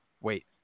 wait